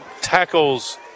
tackles –